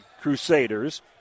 Crusaders